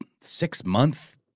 six-month